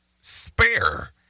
Spare